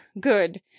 good